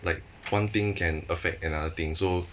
like one thing can affect another things so